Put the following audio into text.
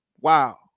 Wow